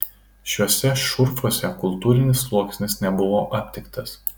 šiuose šurfuose kultūrinis sluoksnis nebuvo aptiktas